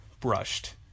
brushed